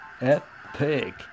Epic